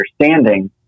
understanding